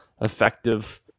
effective